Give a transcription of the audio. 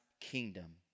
kingdom